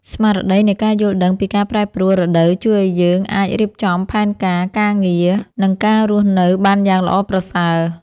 ស្មារតីនៃការយល់ដឹងពីការប្រែប្រួលរដូវជួយឱ្យយើងអាចរៀបចំផែនការការងារ និងការរស់នៅបានយ៉ាងល្អប្រសើរ។